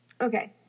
okay